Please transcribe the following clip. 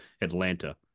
Atlanta